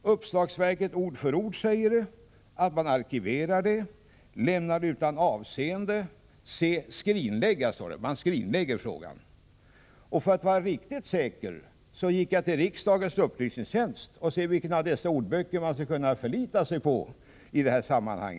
I Ord för ord sägs att man arkiverar, lämnar utan avseende eller skrinlägger frågan. För att vara riktigt säker gick jag till riksdagens upplysningstjänst och frågade vilken av dessa ordböcker som man skall förlita sig på i detta sammanhang.